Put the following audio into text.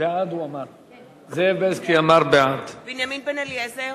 בעד בנימין בן-אליעזר,